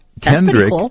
Kendrick